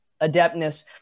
adeptness